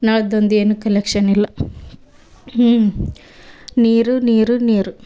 ನಳದ್ದು ಒಂದು ಏನೂ ಕಲೆಕ್ಷನ್ ಇಲ್ಲ ನೀರು ನೀರು ನೀರು